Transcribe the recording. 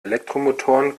elektromotoren